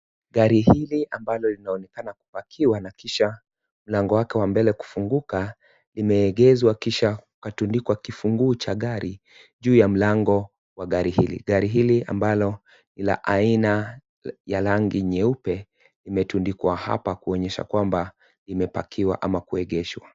Gari hili ambalo linaonekana kupakiwa na kisha mlango wake wa mbele kufunguka limeegezwa kisha kukatundikwa kifunguo cha gari juu ya mlango wa gari hili gari hili ambalo ni la aina ya rangi nyeupe limetundikwa hapa kuonyesha kwamba limepakiwa ama kuegeshwa.